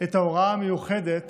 את ההוראה המיוחדת